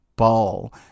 ball